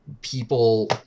people